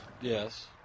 Yes